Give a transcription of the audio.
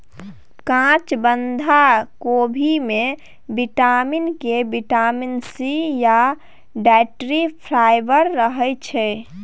काँच बंधा कोबी मे बिटामिन के, बिटामिन सी या डाइट्री फाइबर रहय छै